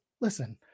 listen